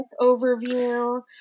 overview